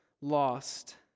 lost